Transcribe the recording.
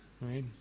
Right